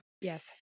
Yes